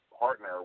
partner